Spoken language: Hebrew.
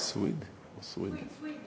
סויד או סוויד.